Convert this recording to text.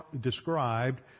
described